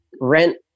rent